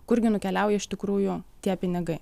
kur gi nukeliauja iš tikrųjų tie pinigai